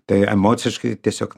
tai emociškai tiesiog